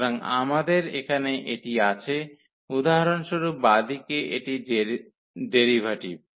সুতরাং আমাদের এখানে এটি আছে উদাহরণস্বরূপ বাঁদিকে এটি ডেরাইভেটিভ